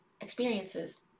experiences